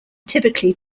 typically